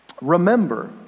remember